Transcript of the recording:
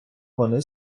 вони